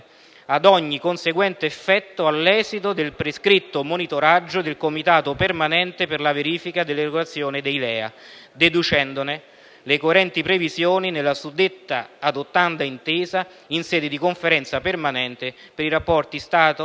ad ogni conseguente effetto all'esito del prescritto monitoraggio del Comitato permanente per la verifica dell'erogazione dei LEA, deducendone le coerenti previsioni nella suddetta adottanda intesa, in sede di Conferenza permanente per i rapporti tra